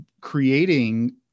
creating